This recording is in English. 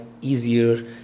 easier